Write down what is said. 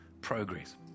progress